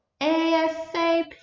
ASAP